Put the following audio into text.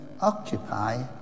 occupy